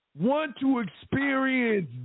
want-to-experience